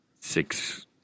six